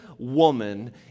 woman